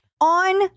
on